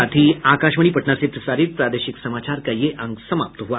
इसके साथ ही आकाशवाणी पटना से प्रसारित प्रादेशिक समाचार का ये अंक समाप्त हुआ